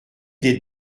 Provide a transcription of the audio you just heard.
des